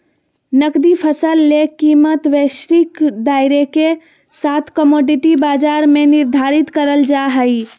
नकदी फसल ले कीमतवैश्विक दायरेके साथकमोडिटी बाजार में निर्धारित करल जा हइ